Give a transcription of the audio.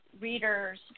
readers